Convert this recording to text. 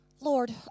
Lord